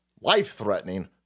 Life-threatening